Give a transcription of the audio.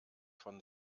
von